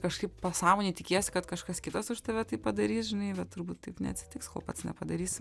kažkaip pasąmonėj tikiesi kad kažkas kitas už tave tai padarys žinai bet turbūt taip neatsitiks kol pats nepadarysi